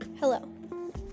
Hello